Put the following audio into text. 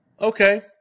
okay